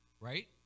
right